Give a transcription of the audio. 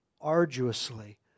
arduously